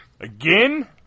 Again